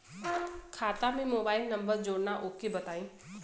खाता में mobile number जोड़ना ओके बताई?